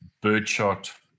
Birdshot